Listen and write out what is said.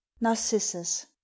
Narcissus